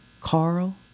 Carl